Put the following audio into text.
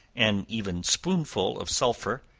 an even spoonful of sulphur,